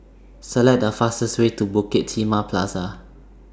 Select The fastest Way to Bukit Timah Plaza